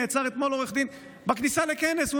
נעצר אתמול עורך דין, הוא נעצר בכניסה לכנס.